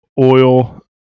oil